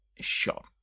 shot